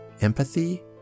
empathy